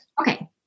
Okay